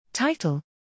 Title